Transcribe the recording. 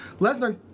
Lesnar